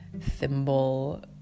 thimble